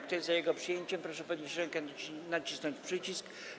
Kto jest za jego przyjęciem, proszę podnieść rękę i nacisnąć przycisk.